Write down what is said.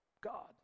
God